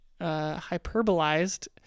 hyperbolized